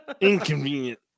Inconvenient